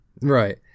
Right